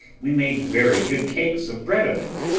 we made very good cakes of bread of it,